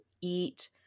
eat